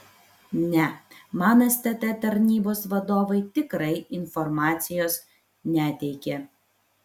ne man stt tarnybos vadovai tikrai informacijos neteikė